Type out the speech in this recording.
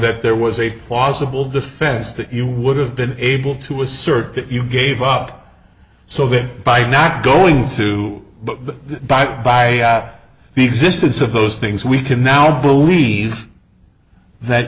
that there was a plausible defense that you would have been able to assert that you gave up so that by not going to but by by the existence of those things we can now believe that